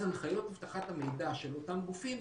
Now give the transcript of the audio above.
אז הנחיות אבטחת המידע של אותם גופים,